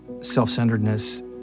self-centeredness